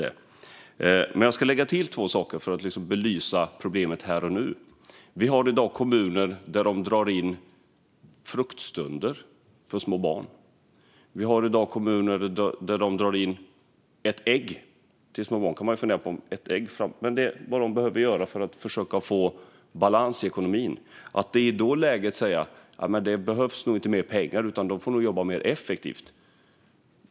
Jag ska lägga till två saker för att belysa problemet här och nu. Vi har i dag kommuner där de drar in på fruktstunderna för små barn eller drar in på ett ägg till barnen. Man kan fundera på vad detta ger, men det är vad de behöver göra för att försöka få balans i ekonomin. I det läget får de höra att de inte behöver mer pengar och att de får arbeta mer effektivt.